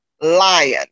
lion